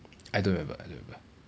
I don't remember I don't remember